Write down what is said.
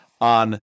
on